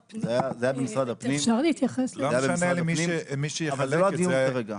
לא משנה לי מי שיחלק את זה,